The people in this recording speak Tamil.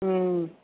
ம்